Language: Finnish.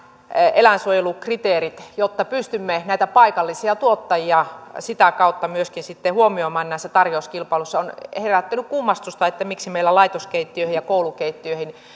eläinsuojelukriteerit jotta pystymme näitä paikallisia tuottajia sitä kautta myöskin huomioimaan näissä tarjouskilpailuissa on herättänyt kummastusta miksi meillä laitoskeittiöihin ja koulukeittiöihin